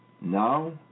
now